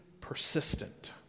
persistent